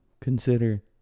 Consider